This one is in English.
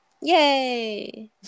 Yay